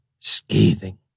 scathing